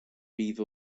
grieve